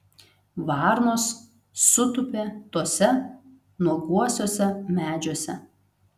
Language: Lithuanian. varnos sutūpė tuose nuoguosiuose medžiuose